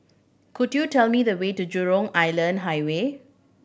could you tell me the way to Jurong Island Highway